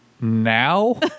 now